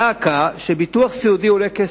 דא עקא, שביטוח סיעודי עולה כסף,